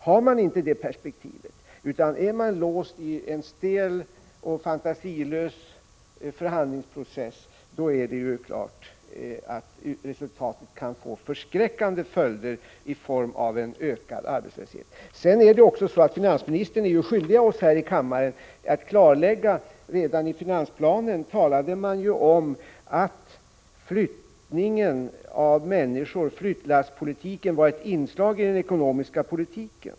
Har man inte det perspektivet, utan är låst i en stel och fantasilös förhandlingsprocess, är det klart att resultatet kan få förskräckande följder i form av ökad arbetslöshet. Finansministern är också skyldig oss här i kammaren ett klarläggande. Redan i finansplanen talade man om att flyttningen av människor — flyttlasspolitiken — var ett inslag i den ekonomiska politiken.